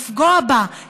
לפגוע בה,